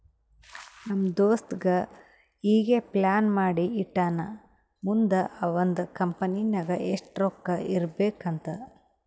ನಮ್ ದೋಸ್ತ ಈಗೆ ಪ್ಲಾನ್ ಮಾಡಿ ಇಟ್ಟಾನ್ ಮುಂದ್ ಅವಂದ್ ಕಂಪನಿ ನಾಗ್ ಎಷ್ಟ ರೊಕ್ಕಾ ಇರ್ಬೇಕ್ ಅಂತ್